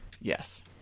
Yes